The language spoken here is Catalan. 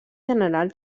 general